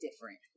different